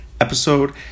episode